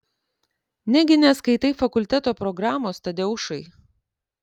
negi neskaitai fakulteto programos tadeušai